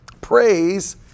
Praise